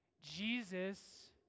Jesus